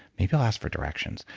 maybe i'll ask for directions.